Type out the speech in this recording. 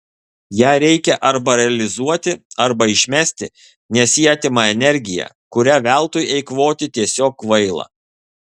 ją reikia arba realizuoti arba išmesti nes ji atima energiją kurią veltui eikvoti tiesiog kvaila